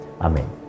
Amen